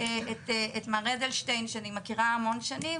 את מר אדלשטיין, שאני מכירה המון שנים,